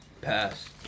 Pass